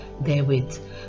therewith